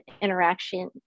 interaction